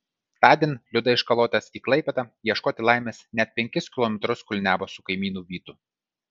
tądien liuda iš kalotės į klaipėdą ieškoti laimės net penkis kilometrus kulniavo su kaimynu vytu